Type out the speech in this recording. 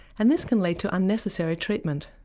and this can lead to unnecessary treatment.